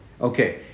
Okay